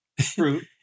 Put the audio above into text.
fruit